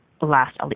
Last